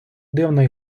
дивна